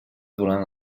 durant